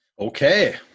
Okay